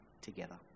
together